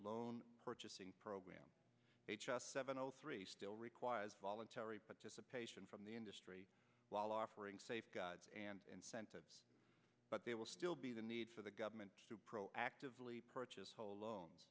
loan purchasing program h s seven o three still requires voluntary participation from the industry while offering safe and incentives but there will still be the need for the government to proactively purchase whole loans